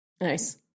Nice